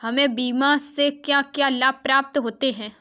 हमें बीमा से क्या क्या लाभ प्राप्त होते हैं?